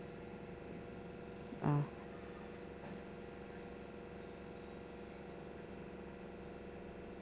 ah